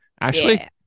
Ashley